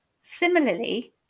Similarly